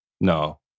No